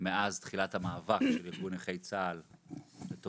מאז תחילת המאבק של ארגון נכי צה"ל לטובת